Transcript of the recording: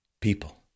people